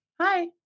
Hi